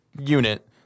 unit